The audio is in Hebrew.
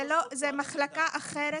זאת מחלקה אחרת,